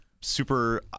super –